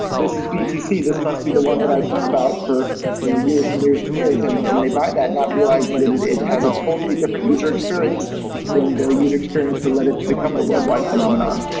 this is btc. this must be the one that i've heard about for years and years and years. and and they buy that not realizing that it it has a totally different user experience than the user experience to let it to become the worldwide phenomenon